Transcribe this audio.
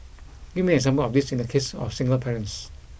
give me an example of this in the case of single parents